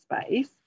space